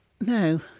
No